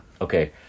Okay